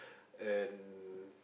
and